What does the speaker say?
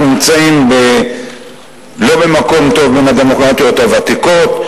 אנחנו נמצאים לא במקום טוב בין הדמוקרטיות הוותיקות,